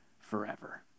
forever